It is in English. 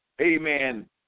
amen